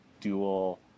dual